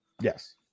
Yes